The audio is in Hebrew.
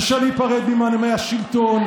קשה להיפרד ממנעמי השלטון,